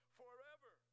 forever